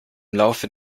laufe